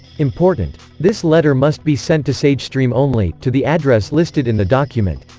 important! this letter must be sent to sagestream only, to the address listed in the document.